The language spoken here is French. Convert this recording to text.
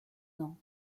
ans